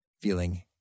feeling